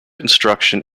instruction